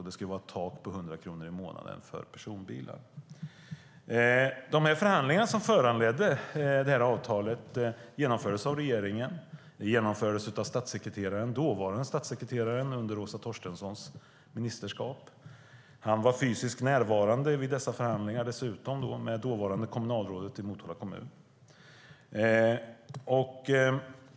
Det skulle vara ett tak på 100 kronor i månaden för personbilar. De förhandlingar som föranledde avtalet genomfördes av regeringen. De genomfördes av den dåvarande statssekreteraren under Åsa Torstenssons ministerskap. Han var dessutom fysiskt närvarande vid dessa förhandlingar med det dåvarande kommunalrådet i Motala kommun.